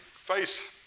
face